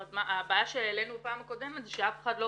הבעיה שהעלינו פעם קודמת זה שאף אחד לא